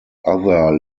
other